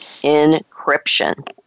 encryption